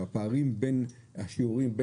הפערים בין השיעורים,